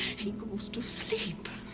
he goes to sleep.